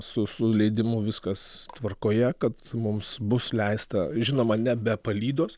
su su leidimu viskas tvarkoje kad mums bus leista žinoma ne be palydos